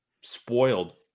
spoiled